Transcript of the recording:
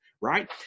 right